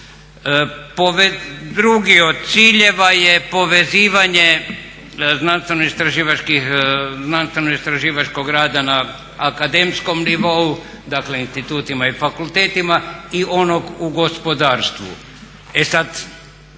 Drugi od ciljeva je povezivanje znanstveno-istraživačkog rada na akademskom nivou, dakle institutima i fakultetima, i onog u gospodarstvu. E sad,